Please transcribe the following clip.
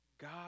God